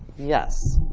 yes?